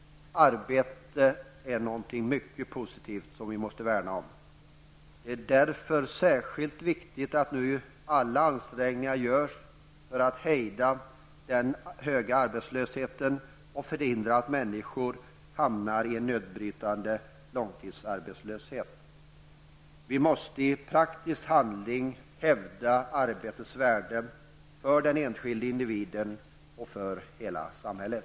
Arbete är någonting mycket positivt, som vi måste värna om. Det är därför särskilt viktigt att nu alla ansträngningar görs för att hejda den höga arbetslösheten och förhindra att människor hamnar i en nedbrytande långtidsarbetslöshet. Vi måste i praktisk handling hävda arbetets värde för den enskilde individen och för hela samhället.